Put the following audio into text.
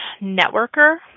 networker